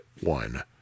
one